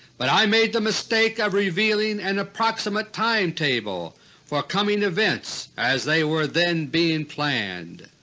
but i made the mistake of revealing an approximate time table for coming events as they were then being planned.